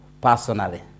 personally